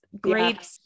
great